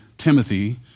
timothy